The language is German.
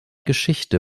geschichte